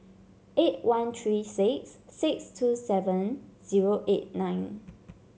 eight one three six six two seven zero eight nine